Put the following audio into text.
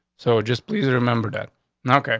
so just please remember that now. okay,